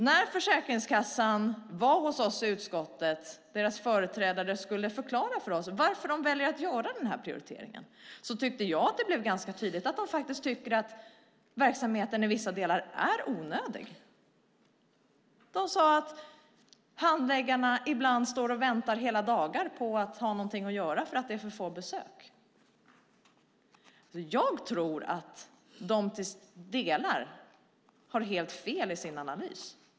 När Försäkringskassans företrädare var hos oss i utskottet och skulle förklara för oss varför man väljer att göra denna prioritering blev det ganska tydligt att man tycker att verksamheten i vissa delar är onödig. Man sade att handläggarna ibland står och väntar hela dagar på att ha något att göra för att det är för få besök. Jag tror att Försäkringskassan i delar har helt fel i sin analys.